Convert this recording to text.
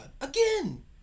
Again